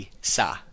sa